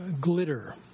glitter